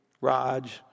Raj